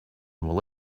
will